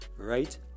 Right